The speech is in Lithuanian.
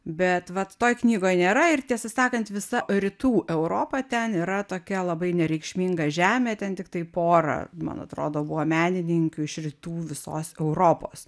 bet vat toj knygoj nėra ir tiesą sakant visa rytų europa ten yra tokia labai nereikšminga žemė ten tiktai pora man atrodo buvo menininkių iš rytų visos europos